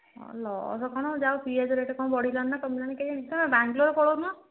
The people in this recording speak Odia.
ଲସ କ'ଣ ଯାହାହେଉ ପିଆଜ ରେଟ୍ କ'ଣ ବଢ଼ିଲାଣି ନା କମିଲାଣି ତୁମେ ବାଙ୍ଗାଲୋର ପଳଉନ